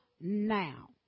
now